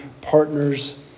partners